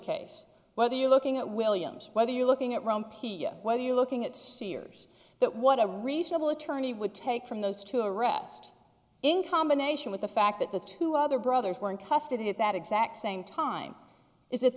case whether you're looking at williams whether you're looking at whether you're looking at seniors that what a reasonable attorney would take from those to a rest in combination with the fact that the two other brothers were in custody at that exact same time is i